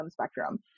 spectrum